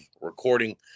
recording